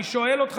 אני שואל אותך,